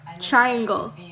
triangle